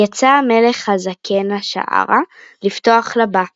יצא המלך הזקן השערה לפתח לבא.